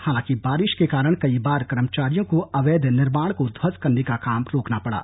हालांकि बारिश के कारण कई बार कर्मचारियों को अवैध निर्माण को ध्वस्त करने का काम रोकना पड़ा